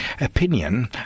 opinion